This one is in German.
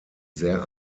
sehr